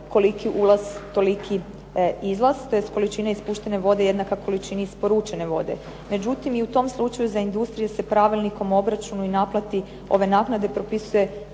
koliki ulaz toliki izlaz, tj. količine ispuštene vode jednaka količini isporučene vode. Međutim i u tom slučaju za industrije se pravilnikom, obračunu i naplati ove naknade propisuje